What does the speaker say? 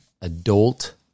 adult